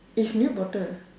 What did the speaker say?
it's new bottle